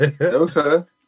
Okay